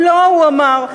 לא, הוא אמר.